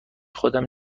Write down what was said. خودم